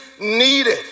needed